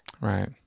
Right